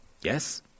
Yes